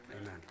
Amen